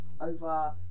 over